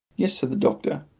yes, said the doctor,